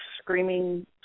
screaming